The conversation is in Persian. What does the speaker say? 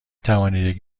توانید